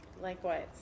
Likewise